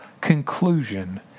conclusion